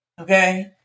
Okay